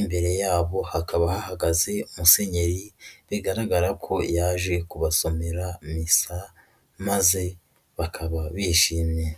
Imbere yabo hakaba hahagaze musenyeri, bigaragara ko yaje kubasomera misa maze bakaba bishimye.